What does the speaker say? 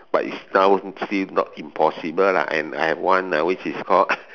but is now seem not impossible lah and I have one which is called